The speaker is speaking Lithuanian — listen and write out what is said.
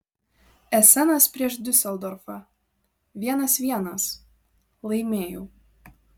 esenas prieš diuseldorfą vienas vienas laimėjau